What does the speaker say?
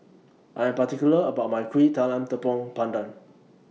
I Am particular about My Kuih Talam Tepong Pandan